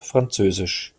französisch